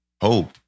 Hope